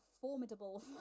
formidable